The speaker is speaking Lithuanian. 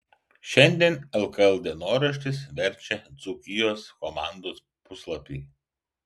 šiandien lkl dienoraštis verčia dzūkijos komandos puslapį